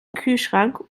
kühlschrank